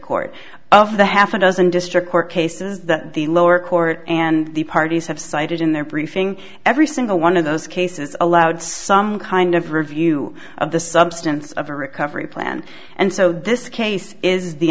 court of the half a dozen district court cases that the lower court and the parties have cited in their briefing every single one of those cases allowed some kind of review of the substance of a recovery plan and so this case is the